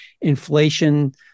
inflation